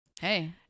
Hey